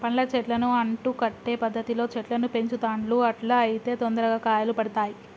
పండ్ల చెట్లను అంటు కట్టే పద్ధతిలో చెట్లను పెంచుతాండ్లు అట్లా అయితే తొందరగా కాయలు పడుతాయ్